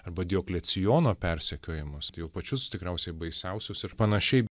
arba dioklecijono persekiojimus jau pačius tikriausiai baisiausius ir panašiai